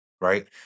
right